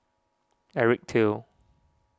Eric Teo